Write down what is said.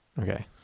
Okay